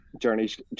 Journey's